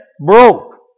broke